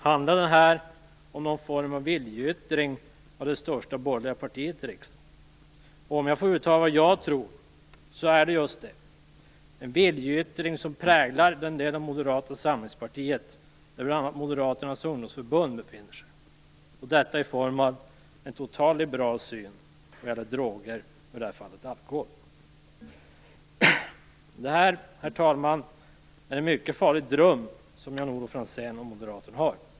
Handlar det om någon form av viljeyttring från det största borgerliga partiet i riksdagen? Om jag får uttala vad jag tror kan jag säga att jag tror att det är just det. Det är en viljeyttring som präglar den del av Moderata samlingspartiet där bl.a. Moderaternas ungdomsförbund befinner sig. Det sker i form av en totalt liberal syn vad gäller droger, och i detta fall alkohol. Det är, herr talman, en mycket farlig dröm som Jan-Olof Franzén och Moderaterna har.